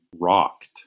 rocked